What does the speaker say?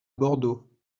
bordeaux